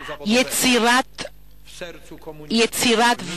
הקמת איגוד מקצועי חופשי בלב הקומוניזם,